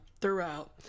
throughout